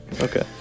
Okay